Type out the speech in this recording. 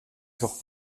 genre